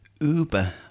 Uber